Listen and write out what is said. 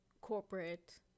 corporate